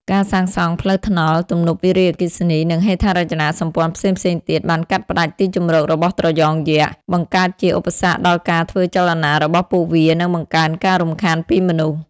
ការសាងសង់ផ្លូវថ្នល់ ទំនប់វារីអគ្គិសនី និងហេដ្ឋារចនាសម្ព័ន្ធផ្សេងៗទៀត បានកាត់ផ្តាច់ទីជម្រករបស់ត្រយងយក្ស បង្កើតជាឧបសគ្គដល់ការធ្វើចលនារបស់ពួកវា និងបង្កើនការរំខានពីមនុស្ស។